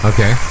Okay